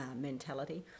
mentality